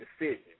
decision